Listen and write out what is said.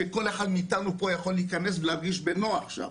שכל אחד מאיתנו פה יכול להיכנס ולהרגיש בנוח שם.